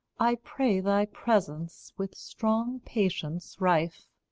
i pray thy presence, with strong patience rife.